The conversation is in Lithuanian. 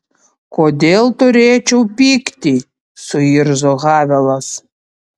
kodėl turėčiau pykti suirzo havelas